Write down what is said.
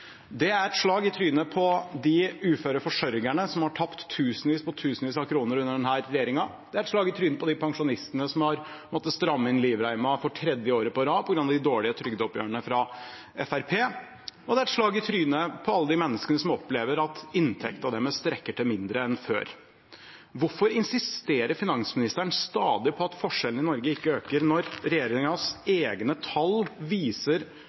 Det er et slag i trynet på de uføre forsørgerne som har tapt tusenvis på tusenvis av kroner under denne regjeringen. Det er et slag i trynet på de pensjonistene som har måttet stramme inn livreima for tredje året på rad, på grunn av de dårlige trygdeoppgjørene fra Fremskrittspartiet. Og det er et slag i trynet på alle de menneskene som opplever at inntekten deres i mindre grad enn før strekker til. Hvorfor insisterer finansministeren stadig på at forskjellene i Norge ikke øker, når regjeringens egne tall viser